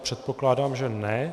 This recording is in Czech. Předpokládám, že ne.